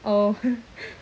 oh